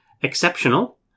Exceptional